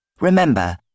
Remember